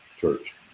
church